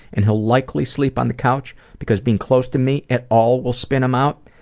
and he'll likely sleep on the couch because being close to me at all will spin him out,